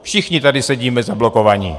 Všichni tady sedíme zablokovaní.